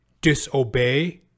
disobey